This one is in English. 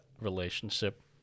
relationship